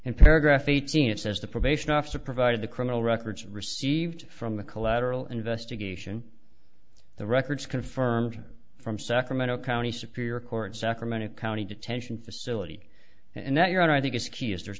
him paragraph eighteen it says the probation officer provided the criminal records received from the collateral investigation the records confirmed from sacramento county superior court sacramento county detention facility and that your honor i think is key is there's